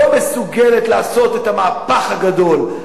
לא מסוגלת לעשות את המהפך הגדול,